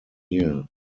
year